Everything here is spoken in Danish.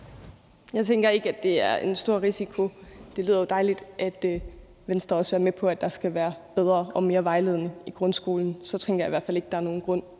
Jeg tænker ikke, at det er en stor risiko. Det lyder jo dejligt, at Venstre også er med på, at der skal være bedre og mere vejledning i grundskolen. Så tænker jeg i hvert fald ikke, der er nogen grund